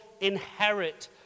inherit